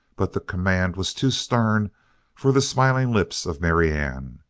but the command was too stern for the smiling lips of marianne.